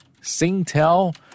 SingTel